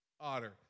otter